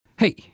Hey